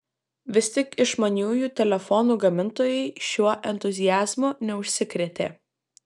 vis tik išmaniųjų telefonų gamintojai šiuo entuziazmu neužsikrėtė